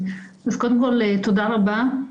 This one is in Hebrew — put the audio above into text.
אז קודם כל תודה רבה,